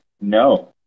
no